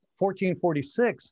1446